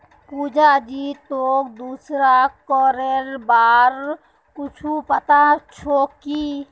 पुजा जी, तोक दूसरा करेर बार कुछु पता छोक की